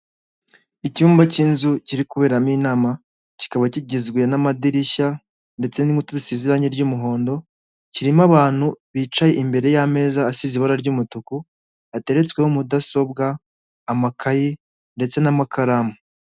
Icyumba cy'inzu kiri kuberamo inama kikaba kigizwe n'amadirishya ndetse n'inkuta zisize iranjye ry'umuhondo kirimo abantu bicaye imbere y'ameza asize ibara ry'umutuku ateretsweho mudasobwa, amakayi ndetse n'amakaramu.